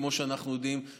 כמו שאנחנו יודעים,